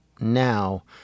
now